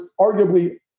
arguably